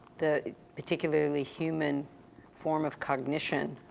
the particularly human form of cognition